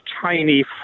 tiny